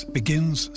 begins